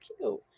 cute